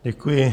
Děkuji.